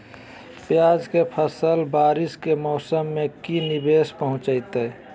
प्याज के फसल बारिस के मौसम में की निवेस पहुचैताई?